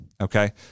okay